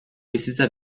bizitza